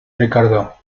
ricardo